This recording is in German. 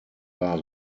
war